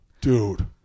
dude